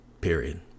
period